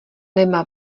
nemá